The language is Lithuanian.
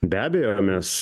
be abejo mes